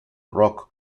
rock